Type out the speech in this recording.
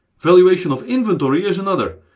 valuation of inventory is another,